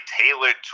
tailored